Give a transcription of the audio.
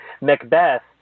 Macbeth